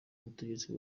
ubutegetsi